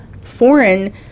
foreign